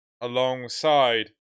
alongside